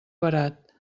barat